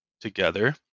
Together